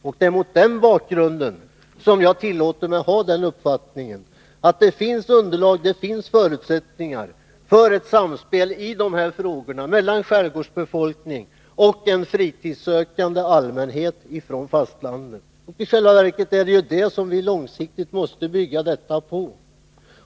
Och det är mot den bakgrunden som jag tillåter mig att ha den uppfattningen att det finns förutsättningar för ett samspel i de här frågorna mellan skärgårdsbefolkningen och en fritidssökande allmänhet från fastlandet. I själva verket är det detta som vi långsiktigt måste bygga på.